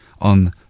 on